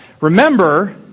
Remember